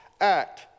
act